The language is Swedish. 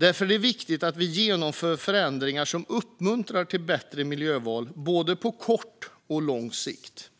Därför är det viktigt att vi genomför förändringar som uppmuntrar till bättre miljöval på både kort och lång sikt.